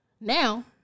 now